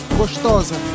gostosa